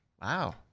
Wow